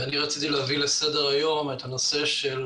אני רציתי להביא לסדר-היום את הנושא של